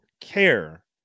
care